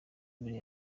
mbere